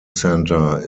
centre